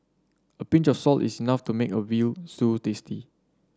a pinch of salt is enough to make a veal tasty